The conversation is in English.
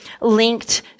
linked